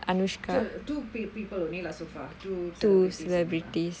so two pe~ people only lah so far two celebrities